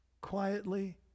Quietly